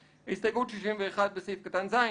הסתייגות 61: בסעיף קטן (ז),